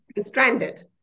stranded